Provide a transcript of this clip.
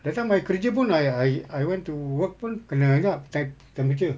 that time my kerja pun I I I went to work pun kena juga temp~ temperature